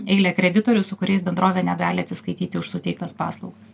eilę kreditorių su kuriais bendrovė negali atsiskaityti už suteiktas paslaugas